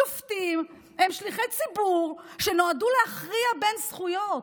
שופטים הם שליחי ציבור שנועדו להכריע בין זכויות.